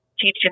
teaching